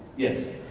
yes.